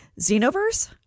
xenoverse